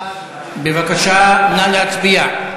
בבקשה, נא להצביע.